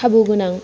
खाबु गोनां